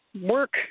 work